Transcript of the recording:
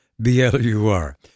B-L-U-R